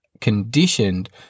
conditioned